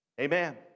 Amen